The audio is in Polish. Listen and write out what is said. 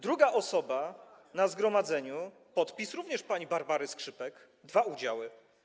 Druga osoba na zgromadzeniu - podpis również pani Barbary Skrzypek: dwa udziały.